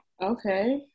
Okay